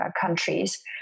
countries